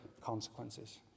consequences